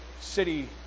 City